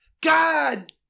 God